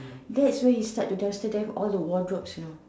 that's where he start to dumpster dive all the wardrobes you know